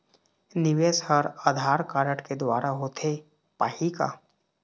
निवेश हर आधार कारड के द्वारा होथे पाही का?